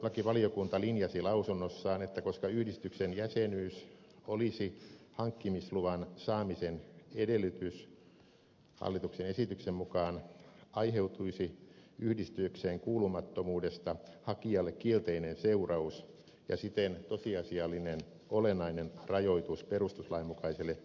perustuslakivaliokunta linjasi lausunnossaan että koska yhdistyksen jäsenyys olisi hankkimisluvan saamisen edellytys hallituksen esityksen mukaan aiheutuisi yhdistykseen kuulumattomuudesta hakijalle kielteinen seuraus ja siten tosiasiallinen olennainen rajoitus perustuslain mukaiselle yhdistymisvapaudelle